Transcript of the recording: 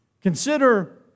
Consider